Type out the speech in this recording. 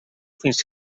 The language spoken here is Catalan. fins